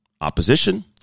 opposition